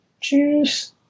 Cheers